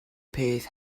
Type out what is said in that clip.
peth